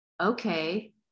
Okay